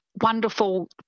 Wonderful